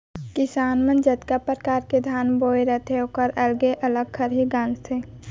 किसान मन जतका परकार के धान बोए रथें ओकर अलगे अलग खरही गॉंजथें